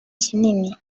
kinini